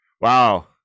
Wow